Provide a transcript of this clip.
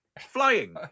Flying